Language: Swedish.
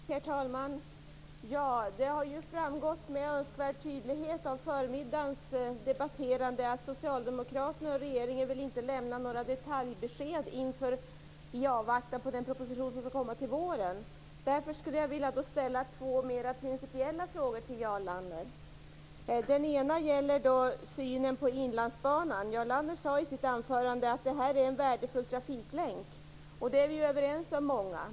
Herr talman! Det har av förmiddagens debatt framgått med önskvärd tydlighet att Socialdemokraterna och regeringen inte vill lämna några detaljbesked i avvaktan på den proposition som skall läggas fram till våren. Därför vill jag ställa två mer principiella frågor till Jarl Lander. Den ena frågan gäller synen på Inlandsbanan. Jarl Lander sade i sitt anförande att det är en värdefull trafiklänk. Det är vi överens om.